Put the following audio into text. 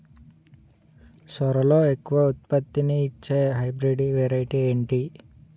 సోరలో ఎక్కువ ఉత్పత్తిని ఇచే హైబ్రిడ్ వెరైటీ ఏంటి?